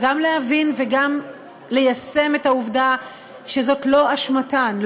גם להבין וגם ליישם את העובדה שזאת לא אשמתן,